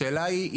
השאלה היא,